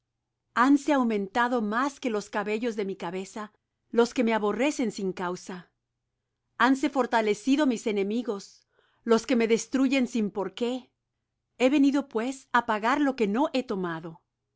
mi dios hanse aumentado más que los cabellos de mi cabeza los que me aborrecen sin causa hanse fortalecido mis enemigos los que me destruyen sin por qué he venido pues á pagar lo que no he tomado